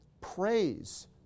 Praise